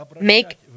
Make